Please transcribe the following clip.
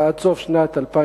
אלא עד סוף שנת 2010,